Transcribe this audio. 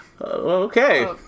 Okay